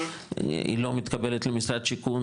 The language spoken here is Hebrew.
היא לא מתקבלת למשרד השיכון,